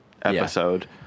episode